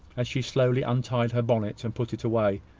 as she slowly untied her bonnet and put it away,